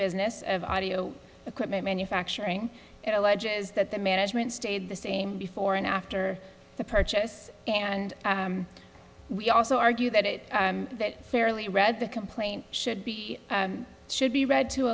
business of audio equipment manufacturing it alleges that the management stayed the same before and after the purchase and we also argue that it fairly read the complaint should be should be read to